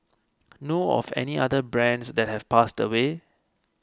know of any other brands that have passed away